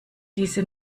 diese